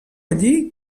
allí